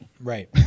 right